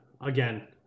again